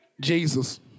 Jesus